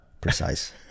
precise